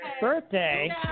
Birthday